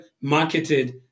marketed